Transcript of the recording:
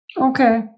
Okay